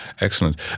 Excellent